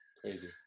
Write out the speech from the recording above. crazy